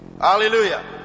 Hallelujah